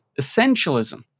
essentialism